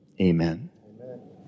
amen